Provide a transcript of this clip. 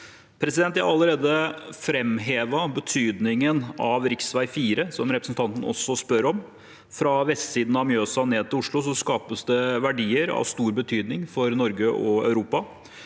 Jeg har allerede framhevet betydningen av rv. 4, som representanten også spør om. Fra vestsiden av Mjøsa ned til Oslo skapes det verdier av stor betydning for Norge og Europa.